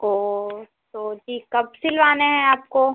ओह तो जी कब सिलवाना है आपको